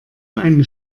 eine